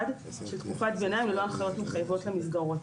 של תקופת ביניים ללא הנחיות מחייבות למסגרות.